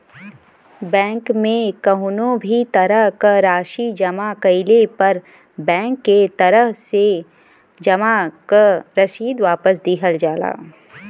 bank में कउनो भी तरह क राशि जमा कइले पर बैंक के तरफ से जमा क रसीद वापस दिहल जाला